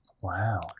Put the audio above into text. Wow